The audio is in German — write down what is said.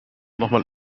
mal